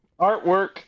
Artwork